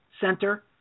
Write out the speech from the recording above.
center